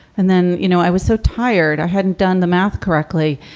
and then, you know, i was so tired, i hadn't done the math correctly.